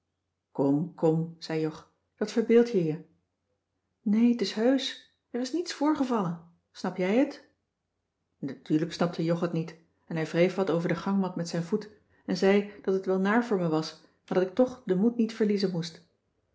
kom kom zei jog dat verbeeld je je nee t is hèusch er is niets voorgevallen snap jij het natuurlijk snapte jog het niet en hij wreef wat over de gangmat met zijn voet en zei dat het wel naar voor me was maar dat ik toch den moed niet verliezen moest